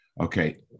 Okay